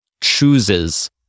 chooses